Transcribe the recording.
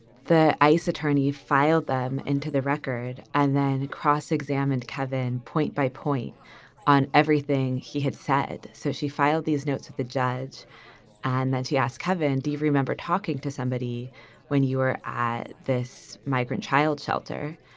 the ice attorney filed them into the record and then cross-examined kevin point by point on everything he had said. so she filed these notes with the judge and then she asked kevin, do you remember talking to somebody when you were at this migrant child shelter?